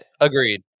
agreed